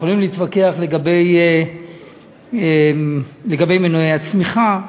אנחנו יכולים להתווכח לגבי מנועי הצמיחה,